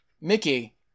Mickey